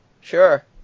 sure